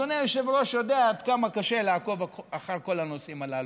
אדוני היושב-ראש יודע עד כמה קשה לעקוב אחר כל הנושאים הללו.